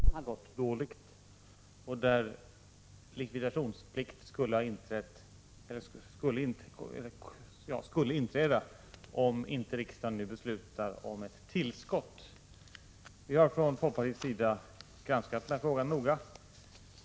Herr talman! Det här ärendet gäller alltså, som Ingvar Eriksson sade, ett företag där staten är delägare, ett företag som har gått dåligt och där likvidationsplikt skulle inträda om inte riksdagen nu beslutar om ett tillskott. Vi har från folkpartiet granskat frågan noga.